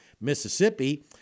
Mississippi